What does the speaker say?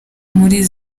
muri